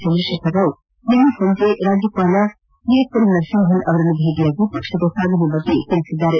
ಚಂದ್ರಶೇಖರರಾವ್ ನಿನ್ನೆ ಸಂಜೆ ರಾಜ್ಯಪಾಲ ಇಎಸ್ಎಲ್ ನರಸಿಂಹನ್ ಅವರನ್ನು ಭೇಟಿಯಾಗಿ ಪಕ್ಷದ ಸಾಧನೆ ಬಗ್ಗೆ ತಿಳಿಸಿದ್ದಾರೆ